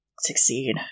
succeed